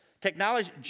Technology